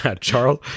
Charles